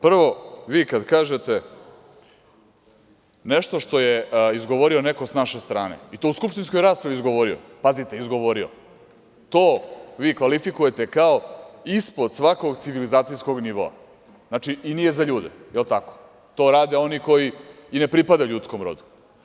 Prvo, vi kad kažete nešto što je izgovorio neko sa naše strane, i to u skupštinskoj raspravi izgovorio, pazite - izgovorio, to vi kvalifikujete kao ispod svakog civilizacijskog nivoa i nije za ljude, to rade oni koji i ne pripadaju ljudskom rodu.